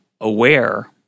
aware